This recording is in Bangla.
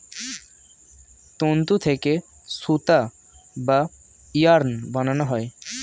তন্তু থেকে সুতা বা ইয়ার্ন বানানো হয়